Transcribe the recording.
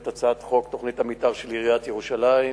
הצעת חוק תוכנית המיתאר של עיריית ירושלים.